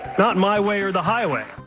not my way or the highway.